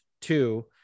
two